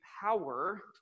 power